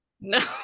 No